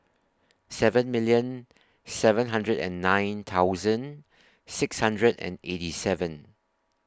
seven million seven hundred and nine thousand six hundred and eighty seven